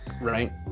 Right